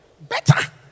better